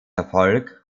erfolg